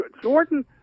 Jordan